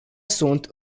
sunt